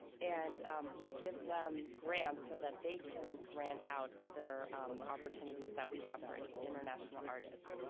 and we give them grants so that they can grant out other opportunities that we have for international artists.